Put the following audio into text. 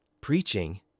Preaching